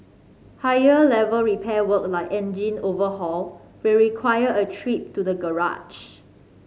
higher level repair work like engine overhaul will require a trip to the garage